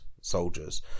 soldiers